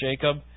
Jacob